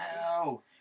No